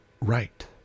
right